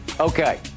Okay